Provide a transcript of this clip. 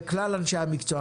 לכלל אנשי המקצוע,